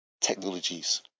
technologies